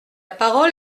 parole